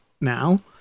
now